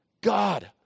God